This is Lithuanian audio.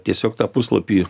tiesiog tą puslapį